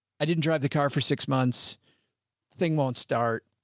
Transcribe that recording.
i didn't drive the car for six months thing. won't start.